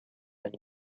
and